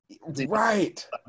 Right